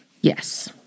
Yes